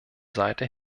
seite